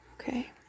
Okay